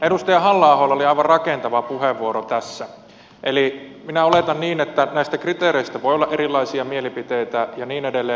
edustaja halla aholla oli aivan rakentava puheenvuoro tässä eli minä oletan niin että näistä kriteereistä voi olla erilaisia mielipiteitä ja niin edelleen